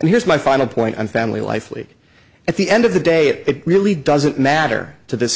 and here's my final point on family life leave at the end of the day it really doesn't matter to this